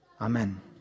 Amen